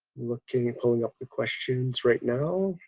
looking at pulling up the questions right now.